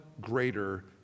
greater